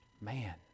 Man